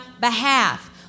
behalf